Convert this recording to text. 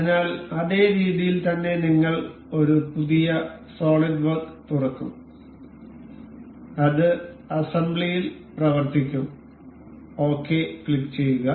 അതിനാൽ അതേ രീതിയിൽ തന്നെ നിങ്ങൾ ഒരു പുതിയ സോളിഡ് വർക്ക് തുറക്കും അത് അസംബ്ലിയിൽ പ്രവർത്തിക്കും ഓകെ ക്ലിക്കുചെയ്യുക